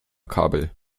kabel